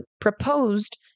proposed